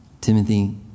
Timothy